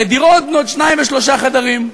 לדירות בנות שניים ושלושה חדרים?